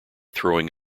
throwing